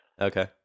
Okay